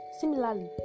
Similarly